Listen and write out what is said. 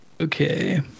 Okay